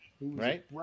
right